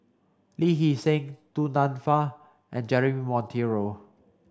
Lee Hee Seng Du Nanfa and Jeremy Monteiro